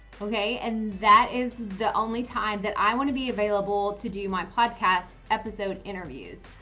okay. and that is the only time that i want to be available to do my podcast episode interviews.